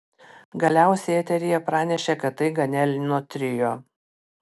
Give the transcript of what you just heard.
galiausiai eteryje pranešė kad tai ganelino trio